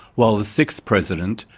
while the sixth president,